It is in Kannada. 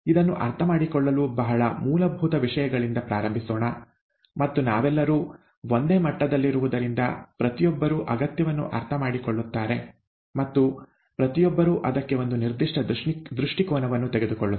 ಇದನ್ನು ಅರ್ಥಮಾಡಿಕೊಳ್ಳಲು ಬಹಳ ಮೂಲಭೂತ ವಿಷಯಗಳಿಂದ ಪ್ರಾರಂಭಿಸೋಣ ಮತ್ತು ನಾವೆಲ್ಲರೂ ಒಂದೇ ಮಟ್ಟದಲ್ಲಿರುವುದರಿಂದ ಪ್ರತಿಯೊಬ್ಬರೂ ಅಗತ್ಯವನ್ನು ಅರ್ಥಮಾಡಿಕೊಳ್ಳುತ್ತಾರೆ ಮತ್ತು ಪ್ರತಿಯೊಬ್ಬರೂ ಅದಕ್ಕೆ ಒಂದು ನಿರ್ದಿಷ್ಟ ದೃಷ್ಟಿಕೋನವನ್ನು ತೆಗೆದುಕೊಳ್ಳುತ್ತಾರೆ